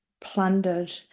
plundered